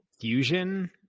fusion